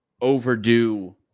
Overdue